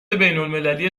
بینالمللی